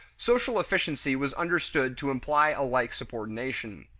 social efficiency was understood to imply a like subordination.